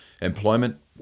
employment